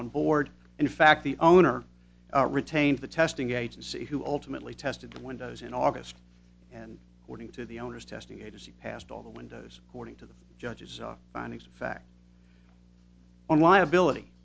on board in fact the owner retained the testing agency who ultimately tested the windows in august and warning to the owners testing agency past all the windows according to the judge's findings of fact on liability